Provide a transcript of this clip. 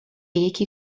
یکی